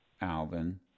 Alvin